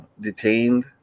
detained